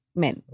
men